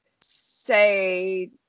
say